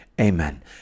Amen